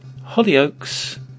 Hollyoaks